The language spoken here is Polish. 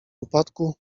upadku